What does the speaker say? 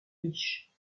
riche